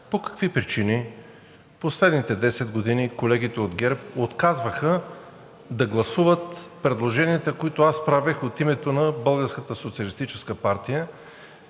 по какви причини в последните 10 години колегите от ГЕРБ отказваха да гласуват предложенията, които аз правех от името на